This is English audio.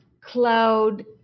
cloud